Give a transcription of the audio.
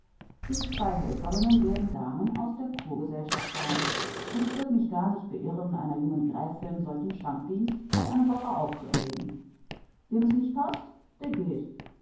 die zwei helferinnen werden damen aus der kurgesellschaft sein und es wird mich gar nicht beirren einer jungen gräfin solchen schankdienst auf eine woche aufzuerlegen wem es nicht paßt der geht